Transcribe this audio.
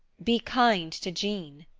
be kind to jean,